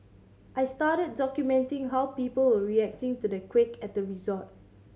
I started documenting how people were reacting to the quake at the resort